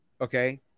okay